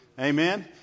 Amen